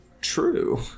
True